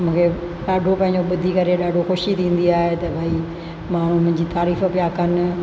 मूंखे ॾाढो पंहिंजो ॿुधी करे ॾाढो ख़ुशी थींदी आहे त भई माण्हू मुंहिंजी तारीफ़ पिया कनि